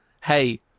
hey